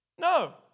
No